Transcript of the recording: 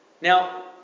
Now